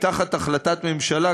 תחת החלטת ממשלה,